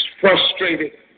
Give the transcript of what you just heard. Frustrated